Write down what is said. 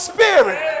Spirit